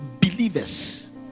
believers